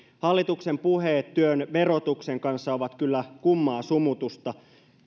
hallituksen puheet työn verotuksen kanssa ovat kyllä kummaa sumutusta